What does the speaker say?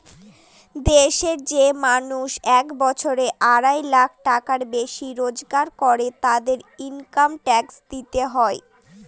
দেশের যে মানুষ এক বছরে আড়াই লাখ টাকার বেশি রোজগার করে, তাদেরকে ইনকাম ট্যাক্স দিতে হয়